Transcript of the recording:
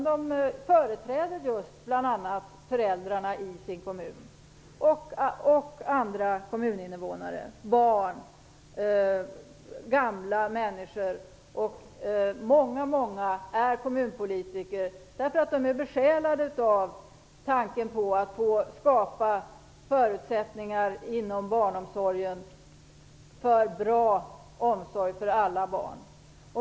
De företräder just bl.a. föräldrarna i sin kommun och andra kommuninnevånare, t.ex. barn och gamla människor. Många är kommunpolitiker därför att de är besjälade av tanken på att få skapa förutsättningar för bra omsorg för alla barn.